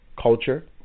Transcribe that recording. culture